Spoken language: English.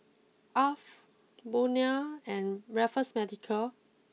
Alf Bonia and Raffles Medical